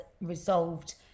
resolved